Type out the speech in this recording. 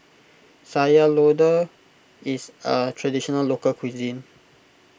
Sayur Lodeh is a Traditional Local Cuisine